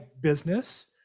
business